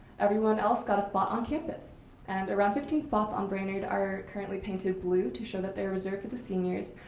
everyone else got a spot on campus and around fifteen spots on branyard are currently painted blue to show that they are reserved for the seniors,